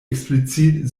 explizit